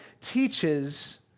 teaches